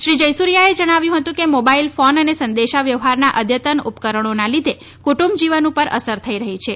શ્રી જયસૂર્યાએ જણાવ્યું હતું કે મોબાઇલ ફોન અને સંદેશા વ્યવહારના અદ્યતન ઉપકરણોના લીધે કુટુંબ જીવન ઉપર અસર થઇ રહી છે